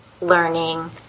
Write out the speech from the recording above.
learning